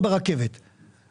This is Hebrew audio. כבוד יושב ראש הוועדה,